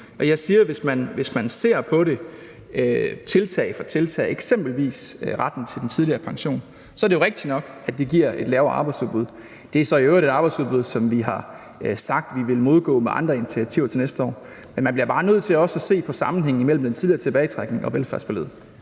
Jeg siger jo, at hvis man ser på det tiltag for tiltag, eksempelvis retten til den tidligere pension, er det jo rigtigt nok, at det giver et lavere arbejdsudbud. Det er så i øvrigt et arbejdsudbud, som vi har sagt vi vil modgå med andre initiativer til næste år. Men man bliver bare nødt til også at se på sammenhængen mellem den tidligere tilbagetrækning og velfærdsforliget.